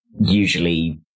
usually